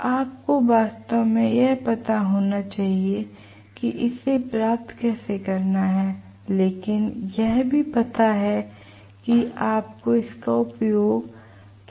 तो आपको वास्तव में यह पता होना चाहिए कि इसे कैसे प्राप्त करना है लेकिन यह भी पता है कि इसका उपयोग कैसे करना है